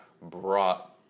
brought